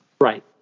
right